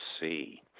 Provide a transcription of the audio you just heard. see